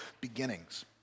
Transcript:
beginnings